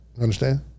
Understand